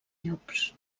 llops